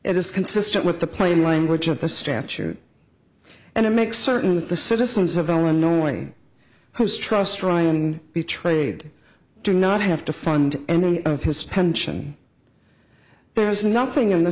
is consistent with the plain language of the statute and it makes certain that the citizens of illinois whose trust ryan betrayed do not have to fund any of his pension there is nothing in the